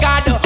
God